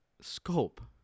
scope